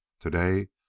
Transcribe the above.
Today